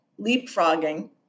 leapfrogging